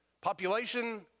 population